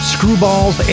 Screwballs